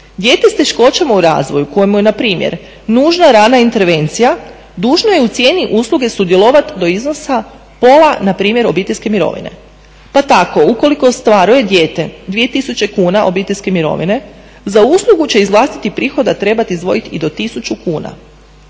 dijete s teškoćama u razvoju kojemu je na primjer nužna rana intervencija dužno je u cijeni usluge sudjelovati do iznosa pola npr. obiteljske mirovine. Pa tako ukoliko ostvaruje dijete 2000 kuna obiteljske mirovine za uslugu će iz vlastitih prihoda trebati izdvojiti i do 1000 kuna.